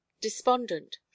despondent